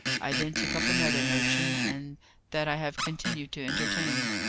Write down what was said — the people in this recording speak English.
i then took up another notion, and that i have continued to entertain.